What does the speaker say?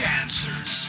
answers